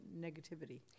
negativity